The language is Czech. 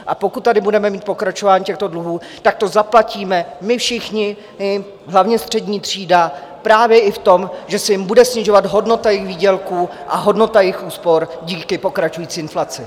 A pokud tady budeme mít pokračování těchto dluhů, tak to zaplatíme my všichni, hlavně střední třída, právě i v tom, že se jim bude snižovat hodnota jejich výdělků a hodnota jejich úspor díky pokračující inflaci.